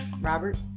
robert